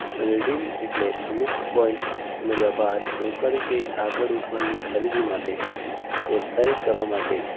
redeem એટલે અમુક point મળ્યા બાદ રોકડ કે આગળ ઉપરની ખરીદી માટે પ્રોત્સાહિત કરવા માટે